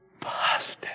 positive